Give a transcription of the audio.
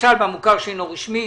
למשל במוכר שאינו רשמי